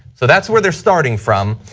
so that's where they are starting from.